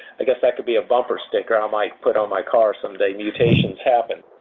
i guess that could be a bumper sticker i might put on my car someday, mutations happen.